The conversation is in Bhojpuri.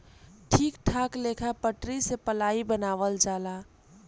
ठीक ठाक लेखा पटरी से पलाइ बनावल जाला